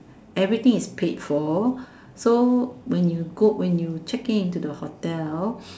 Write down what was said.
everything is paid for so when you go when you check in to the hotel